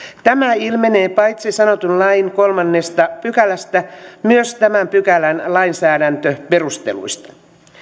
tämä ilmenee paitsi sanotun lain kolmannesta pykälästä myös tämän pykälän lainsäädäntöperusteluista